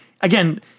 again